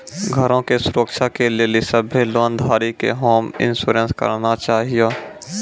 घरो के सुरक्षा के लेली सभ्भे लोन धारी के होम इंश्योरेंस कराना छाहियो